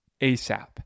ASAP